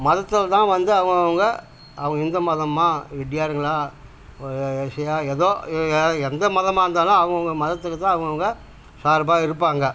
மதத்தில் தான் வந்து அவங்கவுங்க அவங்க இந்து மதமா ரெட்டியாருங்களா ஒரு எ எஸ்சியா ஏதோ இல்லை எந்த மதமாக இருந்தாலும் அவங்கவுங்க மதத்துக்கு தான் அவங்கவுங்க சார்பாக இருப்பாங்க